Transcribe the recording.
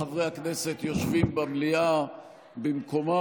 הצבעה כשכל חברי הכנסת יושבים במליאה במקומם.